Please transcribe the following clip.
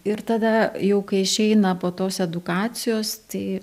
ir tada jau kai išeina po tos edukacijos tai